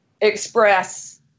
express